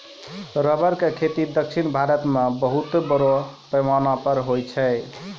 rubber के खेती दक्षिण भारत मॅ बहुत बड़ो पैमाना पर होय छै